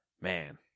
Man